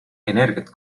energiat